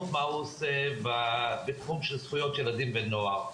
ומה הוא עושה בתחום של זכויות ילדים ונוער.